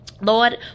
Lord